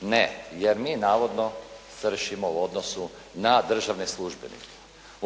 Ne, jer mi navodno stršimo u odnosu na državne službenike.